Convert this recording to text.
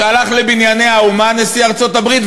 שהלך ל"בנייני האומה" נשיא ארצות-הברית,